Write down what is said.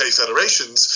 federations